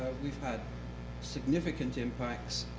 we've had significant impacts,